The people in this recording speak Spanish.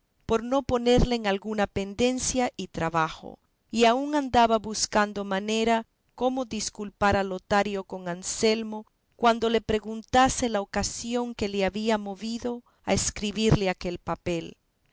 por no ponerle en alguna pendencia y trabajo y aun andaba buscando manera como disculpar a lotario con anselmo cuando le preguntase la ocasión que le había movido a escribirle aquel papel